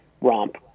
romp